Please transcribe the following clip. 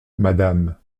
madame